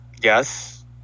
Yes